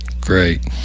Great